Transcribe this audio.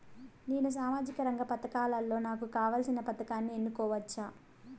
నేను సామాజిక రంగ పథకాలలో నాకు కావాల్సిన పథకాన్ని ఎన్నుకోవచ్చా?